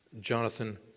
Jonathan